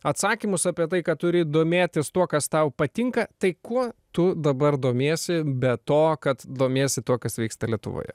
atsakymus apie tai kad turi domėtis tuo kas tau patinka tai kuo tu dabar domiesi be to kad domiesi tuo kas vyksta lietuvoje